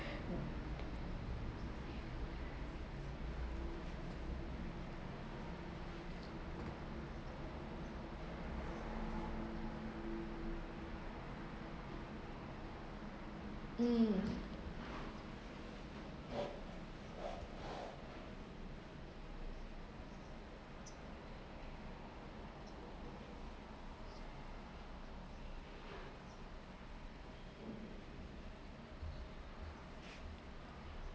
mm